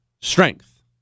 strength